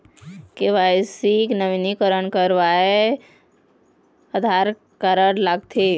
KYC नवीनीकरण करवाये Aadhaar card लगथे?